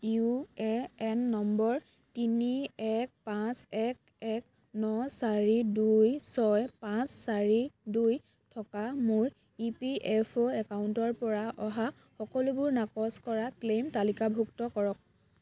U A N নম্বৰ তিনি এক পাঁচ এক এক ন চাৰি দুই ছয় পাঁচ চাৰি দুই থকা মোৰ ই পি এফ অ' একাউণ্টৰপৰা অহা সকলোবোৰ নাকচ কৰা ক্লেইম তালিকাভুক্ত কৰক